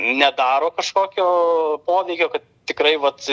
nedaro kažkokio poveikio kad tikrai vat